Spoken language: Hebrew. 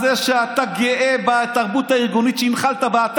זאת שאתה גאה בתרבות הארגונית שהנחלת בה.